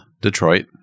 detroit